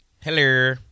Hello